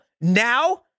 now